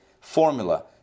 formula